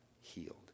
healed